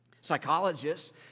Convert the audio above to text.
psychologists